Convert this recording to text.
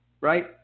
right